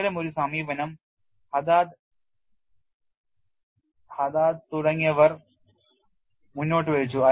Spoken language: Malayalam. അത്തരമൊരു സമീപനം Haddad et al തുടങ്ങിയവർ മുന്നോട്ടുവച്ചു